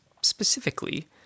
specifically